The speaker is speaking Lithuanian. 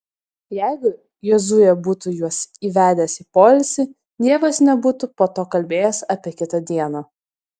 jeigu jozuė būtų juos įvedęs į poilsį dievas nebūtų po to kalbėjęs apie kitą dieną